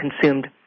consumed